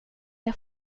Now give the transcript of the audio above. jag